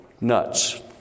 Nuts